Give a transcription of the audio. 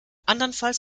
andernfalls